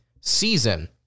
season